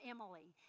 Emily